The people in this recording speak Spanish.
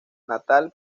natal